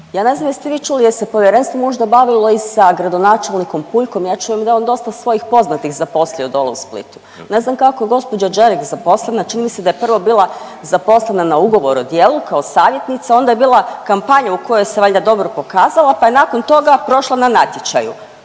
Ja ne znam jeste vi čuli jel se povjerenstvo možda bavilo i sa gradonačelnikom Puljkom, ja čujem da je on dosta svojih poznatih zaposlio dolje u Splitu. Ne znam kako je gospođa Đerek zaposlena, čini mi se da je prvo bila zaposlena na ugovor o djelu kao savjetnica, onda je bila kampanja u kojoj se valjda dobro pokazala pa je nakon toga prošla na natječaju.